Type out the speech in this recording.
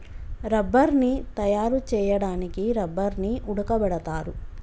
రబ్బర్ని తయారు చేయడానికి రబ్బర్ని ఉడకబెడతారు